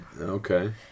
Okay